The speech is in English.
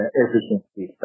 efficiency